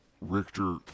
Richter